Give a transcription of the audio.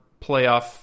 playoff